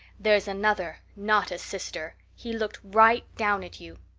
there's another, not a sister he looked right down at you.